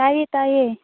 ꯇꯥꯏꯌꯦ ꯇꯥꯏꯌꯦ